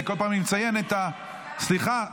סליחה,